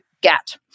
get